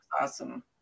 awesome